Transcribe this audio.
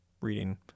reading